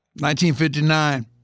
1959